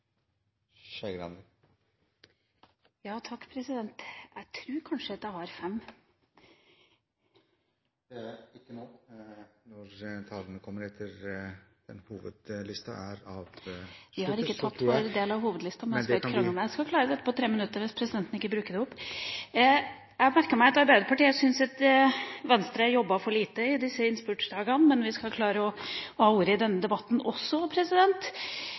Skei Grande har en taletid på inntil 3 minutter. Jeg tror kanskje jeg har 5 minutter. Nei, det har du ikke nå. Etter hovedtalerne fra hvert parti har man en taletid på inntil 3 minutter. Jeg har ikke hatt ordet på den talerlista, men jeg skal klare dette på 3 minutter, hvis presidenten ikke bruker opp tida mi. Jeg har merket meg at Arbeiderpartiet syns Venstre har jobbet for lite i disse innspurtsdagene. Men vi skal klare å ta ordet også i